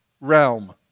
realm